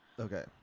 Okay